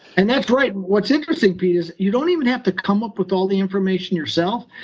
and that's right. what's interesting, pete, is you don't even have to come up with all the information yourself.